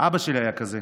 אבא שלי היה כזה.